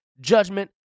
judgment